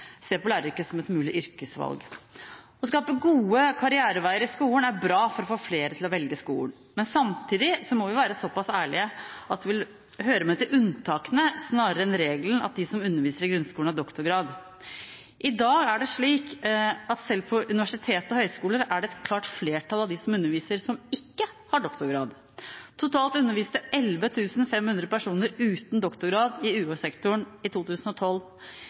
ser på læreryrket som et mulig yrkesvalg. Å skape gode karriereveier i skolen er bra for å få flere til å velge skolen. Samtidig må vi være såpass ærlige at det vil høre med til unntakene snarere enn regelen at de som underviser i grunnskolen, har doktorgrad. I dag er det slik at selv på universitet og høyskoler er det et klart flertall av dem som underviser, som ikke har doktorgrad. Totalt underviste 11 500 personer uten doktorgrad i UH-sektoren i 2012.